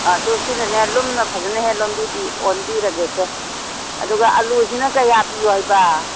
ꯑꯗꯣ ꯁꯤꯅꯅꯦ ꯂꯨꯝꯅ ꯐꯖꯅ ꯍꯦ ꯂꯣꯟꯕꯤꯒꯤ ꯑꯣꯟꯕꯤꯔꯒꯦꯁꯦ ꯑꯗꯨꯒ ꯑꯜꯂꯨꯁꯤꯅ ꯀꯌꯥ ꯄꯤꯌꯣ ꯍꯥꯏꯕ